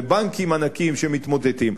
ובנקים ענקיים שמתמוטטים.